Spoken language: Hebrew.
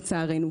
לצערנו.